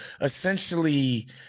essentially